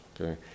Okay